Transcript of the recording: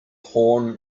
horn